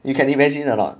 you can imagine or not